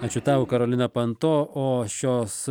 ačiū tau karolina panto o šios